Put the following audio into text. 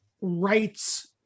rights